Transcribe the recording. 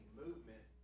movement